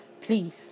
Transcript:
Please